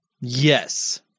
Yes